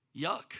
yuck